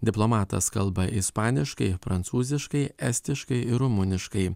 diplomatas kalba ispaniškai prancūziškai estiškai ir rumuniškai